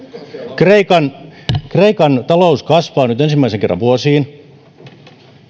kreikan kreikan talous kasvaa ensimmäisen kerran vuosiin